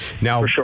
Now